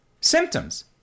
symptoms